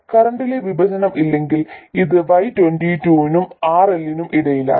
കറന്റിലെ വിഭജനം ഇല്ലെങ്കിൽ ഇത് y22 നും RL നും ഇടയിലാണ്